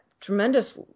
tremendous